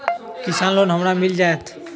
किसान लोन हमरा मिल जायत?